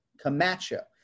Camacho